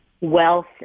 wealth